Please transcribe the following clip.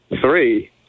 three